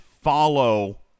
follow